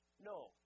No